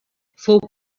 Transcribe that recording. fou